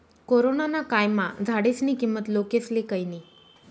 corona ना कायमा झाडेस्नी किंमत लोकेस्ले कयनी